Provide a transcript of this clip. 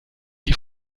die